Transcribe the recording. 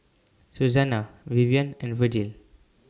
Suzanna Vivian and Vergil